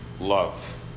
love